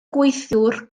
gweithiwr